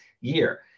year